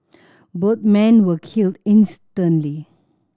both men were killed instantly